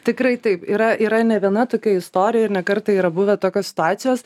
tikrai taip yra yra ne viena tokia istorija ir ne kartą yra buvę tokios situacijos